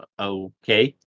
Okay